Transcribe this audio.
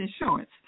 insurance